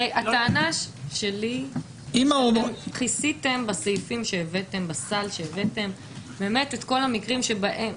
הרי הטענה שלי שאתם כיסיתם בסל שהבאתם את כל המקרים שבהם